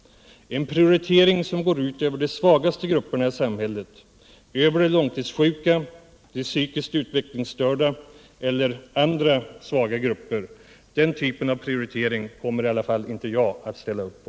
En prioritering som går ut över de svagaste grupperna i samhället, över de långtidssjuka, de psykiskt utvecklingsstörda eller andra svaga grupper, kommer i alla fall inte jag att ställa upp på.